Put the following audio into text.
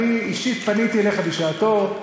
אני אישית פניתי אליך בשעתו,